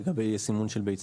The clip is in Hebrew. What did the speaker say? יש הסדרה לגבי סימון של ביצים.